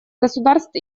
государств